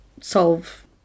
solve